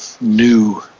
new